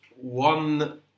One